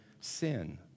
Sin